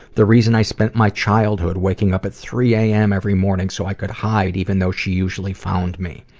the reason i spent my childhood waking up at three am every morning so i could hide, even though she usually found me.